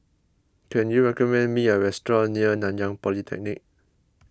can you recommend me a restaurant near Nanyang Polytechnic